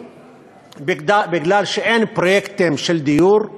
בגלל שאין פרויקטים של דיור,